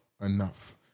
enough